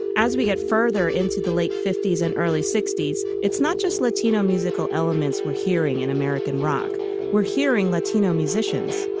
as we get further into the late fifty s and early sixty s it's not just latino musical elements we're hearing in american rock we're hearing latino musicians